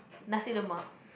Nasi-Lemak